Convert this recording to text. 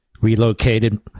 relocated